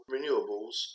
Renewables